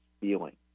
feeling